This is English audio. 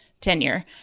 tenure